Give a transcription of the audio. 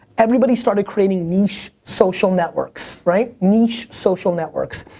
everybody started creating niche social networks, right? niche social networks.